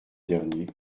dernier